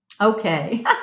Okay